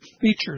features